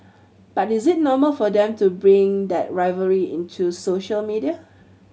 but is it normal for them to bring that rivalry into social media